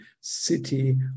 city